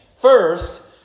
First